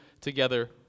together